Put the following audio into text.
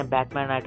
Batman